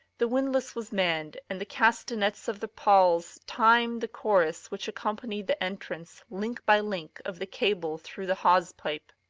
the windlass was manned, and the castanets of the pawls timed the chorus which accompanied the entrance, link by link, of the cable through the hawse-pipe.